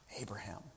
Abraham